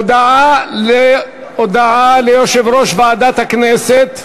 הודעה, רבותי, למזכירת הכנסת.